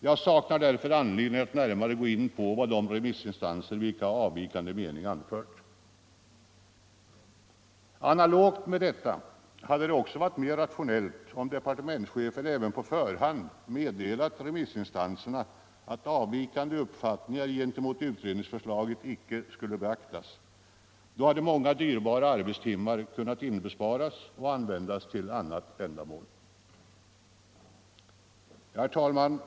Jag saknar därför anledning att närmare så in på vad de remissinstanser vilka har avvikande mening anfört.” Analogt härmed hade det också varit mera rationellt om departementschefen på förhand meddelat remissinstanserna, att avvikande uppfattningar gentemot utredningsförslaget icke skulle beaktas. Då hade många dyrbara arbetstimmar kunnat inbesparas och användas till annat ändamål. Herr talman!